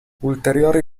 ulteriori